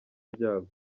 ibyago